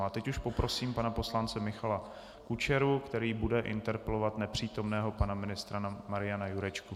Teď už poprosím pana poslance Michala Kučeru, který bude interpelovat nepřítomného pana ministra Mariana Jurečku.